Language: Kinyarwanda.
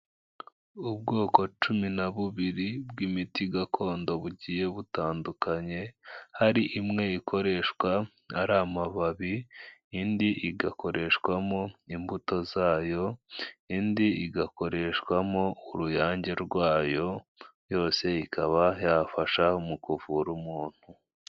Ubwoko cumi na bubiri bw'imiti gakondo bugiye butandukanye, hari imwe ikoreshwa ari amababi, indi igakoreshwamo imbuto zayo, indi igakoreshwamo uruyange rwayo, yose ikaba yafasha mu kuvura umuntu.